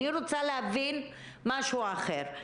אני רוצה להבין משהו אחר.